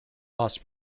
bus